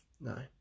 No